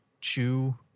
Chew